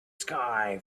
sky